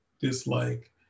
dislike